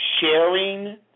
sharing